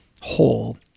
whole